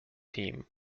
team